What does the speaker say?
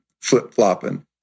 flip-flopping